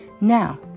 Now